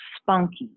spunky